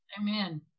Amen